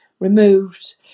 removed